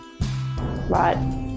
right